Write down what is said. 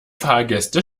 fahrgäste